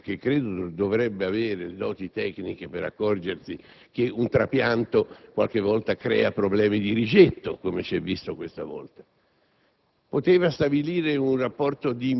si può stabilire che il Ministro della giustizia (che credo dovrebbe avere doti tecniche per accorgersi che un trapianto qualche volta crea problemi di rigetto, come si è visto questa volta)